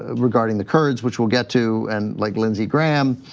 ah regarding the courage, which we'll get to, and like lindsey graham.